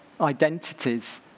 identities